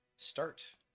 Start